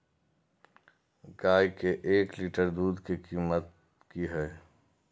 गाय के एक लीटर दूध के कीमत की हय?